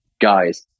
guys